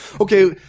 Okay